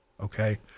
okay